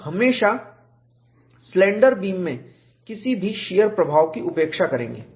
हम हमेशा slender beam में किसी भी शीयर प्रभाव की उपेक्षा करेंगे